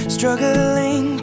Struggling